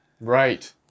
right